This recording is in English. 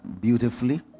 beautifully